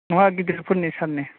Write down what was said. नङा गिदिरफोरनि सार नि